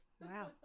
Wow